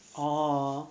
orh